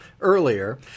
earlier